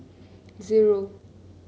zero